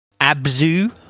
Abzu